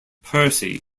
percy